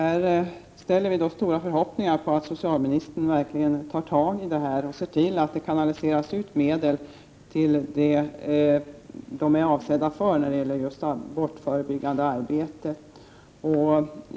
Vi ställer stora förhoppningar på att socialministern verkligen tar tag i det här och ser till att medlen kanaliseras till det de är avsedda för, nämligen det abortförebyggande arbetet.